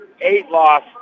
eight-loss